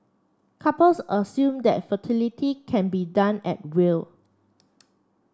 couples assume that fertility can be done at will